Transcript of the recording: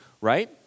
Right